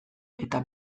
eta